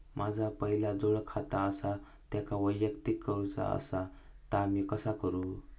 माझा पहिला जोडखाता आसा त्याका वैयक्तिक करूचा असा ता मी कसा करू?